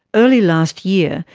early last year,